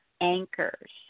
anchors